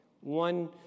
One